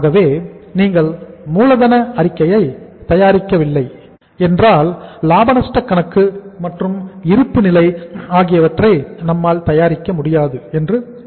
ஆகவே நீங்கள் மூலதன அறிக்கையை தயாரிக்கவில்லை என்றால் லாப நஷ்ட கணக்கு மற்றும் இருப்புநிலை ஆகியவற்றை நம்மால் தயாரிக்க முடியாது என்று நினைக்கிறேன்